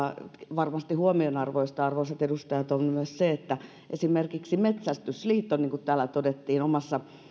varmasti huomionarvoista arvoisat edustajat on myös se että esimerkiksi metsästäjäliitto niin kuin täällä todettiin omassa